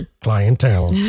clientele